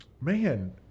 Man